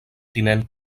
tinent